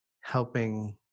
helping